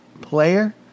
player